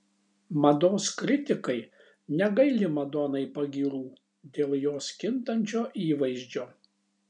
mados kritikai negaili madonai pagyrų dėl jos kintančio įvaizdžio